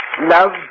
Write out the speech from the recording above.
Love